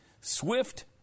Swift